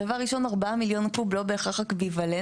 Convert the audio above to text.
דבר ראשון 4 מיליון קוב לא בהכרח אקוויוולנטי,